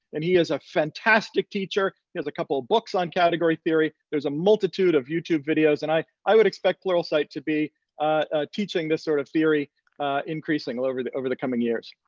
and he is a fantastic teacher. he has a couple of books on category theory. there's a multiple of youtube videos. and i i would expect pluralsight to be ah teaching this sort of theory increasingly over the over the coming years.